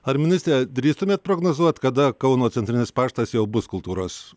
ar ministre drįstumėt prognozuot kada kauno centrinis paštas jau bus kultūros